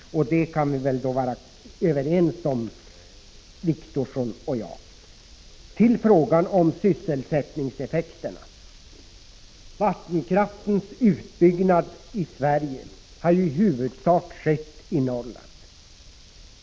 Det kan vi väl då vara överens om, Åke Wictorsson och jag. Till frågan om sysselsättningseffekterna: Vattenkraftens utbyggnad i Sverige har i huvudsak skett i Norrland.